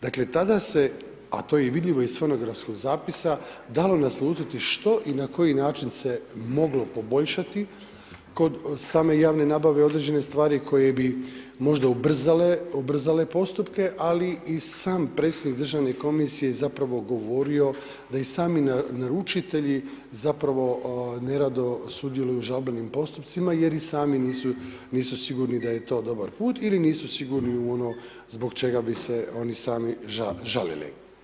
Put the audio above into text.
Dakle, tada se, a to je vidljivo i fonografskog zapisa, dalo naslutiti što i na koji način se moglo poboljšati kod same javne nabave određene stvari koje bi možda ubrzale postupke, ali i sad predsjednik državne komisije zapravo govorio da i sami naručitelji zapravo nerado sudjeluju u žalbenim postupcima jer i sami nisu sigurni da je to dobar put ili nisu sigurno u ono zbog čega bi se oni sami žalili.